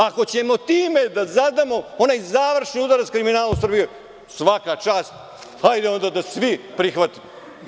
Ako ćemo time da zadamo onaj završni udarac kriminalu u Srbiji, svaka čast, hajde onda da svi prihvatimo.